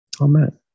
Amen